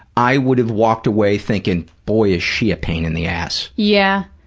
i would have walked away thinking, boy, is she a pain in the ass. yeah,